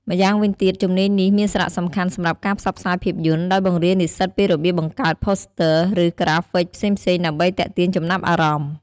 ម្យ៉ាងវិញទៀត ជំនាញនេះមានសារៈសំខាន់សម្រាប់ការផ្សព្វផ្សាយភាពយន្ត ដោយបង្រៀននិស្សិតពីរបៀបបង្កើត ផូស្ទើ (Poster) ឬក្រាហ្វិក ផ្សេងៗដើម្បីទាក់ទាញចំណាប់អារម្មណ៍។